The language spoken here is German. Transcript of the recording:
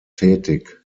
tätig